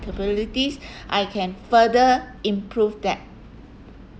abilities I can further improve that